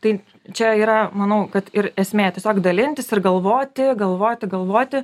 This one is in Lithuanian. tai čia yra manau kad ir esmė tiesiog dalintis ir galvoti galvoti galvoti